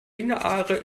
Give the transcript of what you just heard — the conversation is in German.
lineare